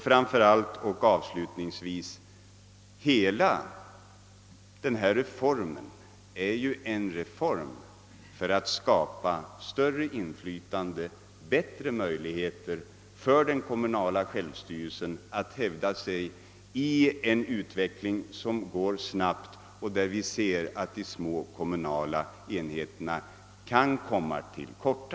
Framför allt och avslutningsvis vill jag framhålla, att hela denna reform är en reform för att skapa större inflytande och bättre möjligheter för den kommunala självstyrelsen att hävda sig i en utveckling, som går snabbt och där vi ser att de små kommunala enheterna kan komma till korta.